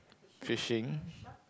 fishing